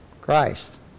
Christ